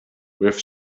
with